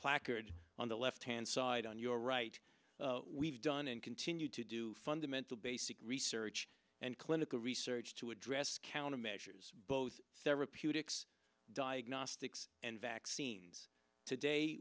placard on the left hand side on your right we've done and continue to do fundamental basic research and clinical research to address countermeasures both sever putin diagnostics and vaccines today